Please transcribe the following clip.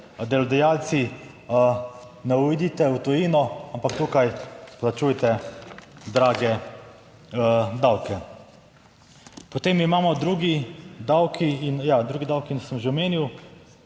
delodajalci ne pojdite v tujino, ampak tukaj plačujte drage davke. Potem imamo drugi davki in ja, drugi davki sem že omenil.